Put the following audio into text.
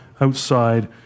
outside